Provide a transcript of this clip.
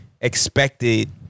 expected